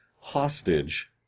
hostage